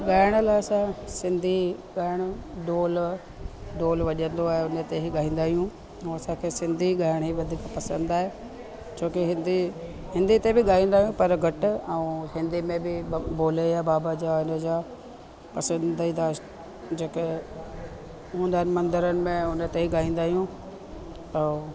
ॻाइण लाइ असां सिंधी पहिरों ढोल ढोल वॼंदो आहे उन ते ही ॻाईंदा आहियूं ऐं असांखे सिंधी ॻाइण ई वधीक पसंदि आहे छोकी हिंदी हिंदी ते बि ॻाईंदा आहियूं पर घटि ऐं हिंदी में बि बम बोले या बाबा जा उन जा पसंदीदा जेके हूंदा आहिनि मंदरनि में उन ते ई ॻाईंदा आहियूं ऐं